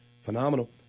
Phenomenal